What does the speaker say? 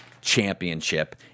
championship